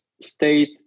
state